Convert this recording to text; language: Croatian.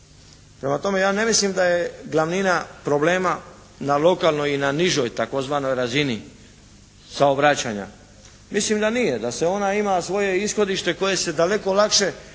Prema tome ja ne mislim da je glavnina problema na lokalnoj i na nižoj tzv. razini saobraćanja. Mislim da nije, da se ona ima svoje ishodište koje se daleko lakše i daleko